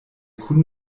kun